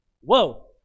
Whoa